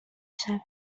شود